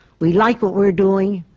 we like what we're doing.